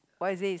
what is this